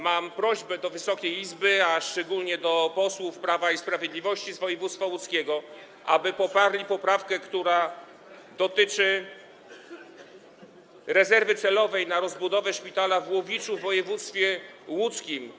Mam prośbę do Wysokiej Izby, a szczególnie do posłów Prawa i Sprawiedliwości z województwa łódzkiego, aby poparli poprawkę, która dotyczy rezerwy celowej na rozbudowę szpitala w Łowiczu w województwie łódzkim.